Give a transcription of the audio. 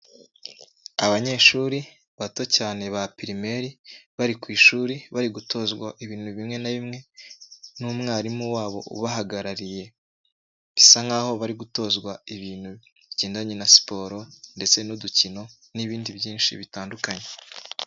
Abanyeshuri bato cyane ba pirimeri bari ku ishuri bari gutozwa ibintu bimwe na bimwe n'umwarimu wabo ubahagarariye, bisa nk'aho bari gutozwa ibintu bigendanye na siporo ndetse n'udukino n'ibindi byinshi bitandukanye.